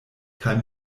kaj